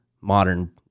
modern